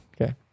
Okay